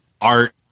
art